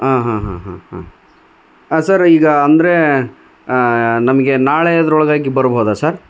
ಆ ಹಾ ಹಾ ಹಾ ಹಾ ಸರ್ ಈಗ ಅಂದರೇ ನಮಗೆ ನಾಳೆಯದ್ರೊಳಗಾಗಿ ಬರಬಹುದಾ ಸರ್